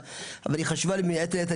אבל, היא חשובה מאוד מאוד.